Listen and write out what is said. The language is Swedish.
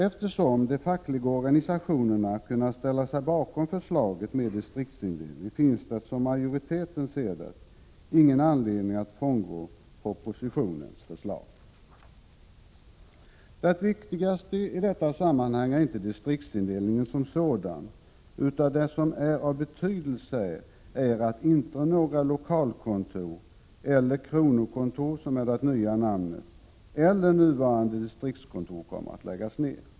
Eftersom de fackliga organisationerna har kunnat ställa sig bakom förslaget med distriktsindelningen finns det, som majoriteten ser det, ingen anledning att frångå propositionens förslag. Det viktigaste i detta sammanhang är inte distriktsindelningen som sådan, utan det som är av betydelse är att inte några lokalkontor — eller kronokontor, som är det nya namnet -— eller nuvarande distriktskontor kommer att läggas ner.